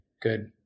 Good